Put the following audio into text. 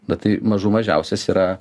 na tai mažų mažiausias yra